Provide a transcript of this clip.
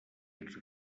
ets